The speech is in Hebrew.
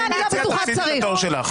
אני קורא אותך לסדר פעם שנייה.